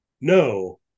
No